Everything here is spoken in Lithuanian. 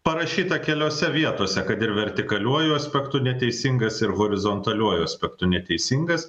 parašyta keliose vietose kad ir vertikaliuoju aspektu neteisingas ir horizontaliuoju aspektu neteisingas